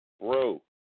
bro